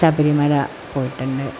ശബരിമല പോയിട്ടുണ്ട്